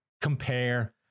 compare